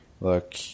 Look